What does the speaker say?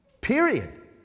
Period